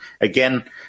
Again